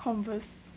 Converse